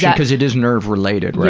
yeah because it is nerve related, right?